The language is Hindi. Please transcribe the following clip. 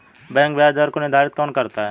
बैंक ब्याज दर को निर्धारित कौन करता है?